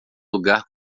lugar